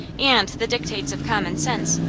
and the dictates of common sense,